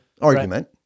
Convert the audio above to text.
argument